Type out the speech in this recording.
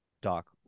Doc